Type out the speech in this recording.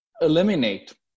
eliminate